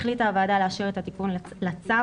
החליטה הוועדה להשאיר את התיקון לצו,